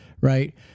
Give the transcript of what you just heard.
right